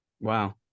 Wow